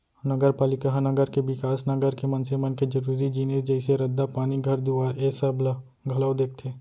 नगरपालिका ह नगर के बिकास, नगर के मनसे मन के जरुरी जिनिस जइसे रद्दा, पानी, घर दुवारा ऐ सब ला घलौ देखथे